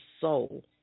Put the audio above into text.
soul